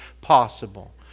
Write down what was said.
possible